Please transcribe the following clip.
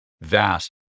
vast